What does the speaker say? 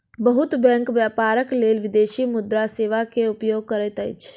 बहुत बैंक व्यापारक लेल विदेशी मुद्रा सेवा के उपयोग करैत अछि